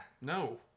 No